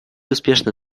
успешно